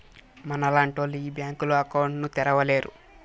మనలాంటోళ్లు ఈ బ్యాంకులో అకౌంట్ ను తెరవలేరు